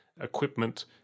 equipment